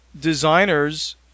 designers